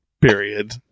period